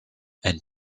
and